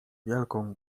wielką